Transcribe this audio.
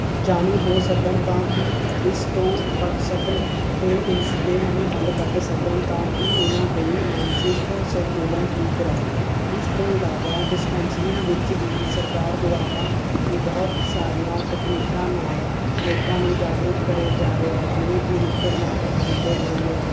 ਜਾਣੂ ਹੋ ਸਕਣ ਤਾਂ ਕਿ ਇਸ ਤੋਂ ਬਚ ਸਕਣ ਅਤੇ ਇਸ ਦੇ ਨਵੇਂ ਹੱਲ ਕੱਢ ਸਕਣ ਤਾਂ ਕਿ ਉਹਨਾਂ ਦੇ ਮਾਨਸਿਕ ਸੰਤੁਲਨ ਠੀਕ ਰਵੇ ਇਸ ਤੋਂ ਇਲਾਵਾ ਡਿਸਪੈਂਸਰੀਆਂ ਵਿੱਚ ਵੀ ਸਰਕਾਰ ਦੁਆਰਾ ਬਹੁਤ ਸਾਰੀਆਂ ਤਕਨੀਕਾਂ ਨਾਲ ਲੋਕਾਂ ਨੂੰ ਜਾਗਰੂਤ ਕਰਿਆ ਜਾ ਰਿਹਾ ਹੈ ਜਿਵੇਂ ਕਿ ਨੁੱਕੜ ਨਾਟਕ ਹੁੰਦੇ ਹਨ